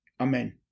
Amen